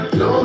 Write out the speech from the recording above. no